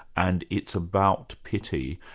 and it's about pity,